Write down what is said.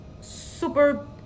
super